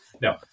No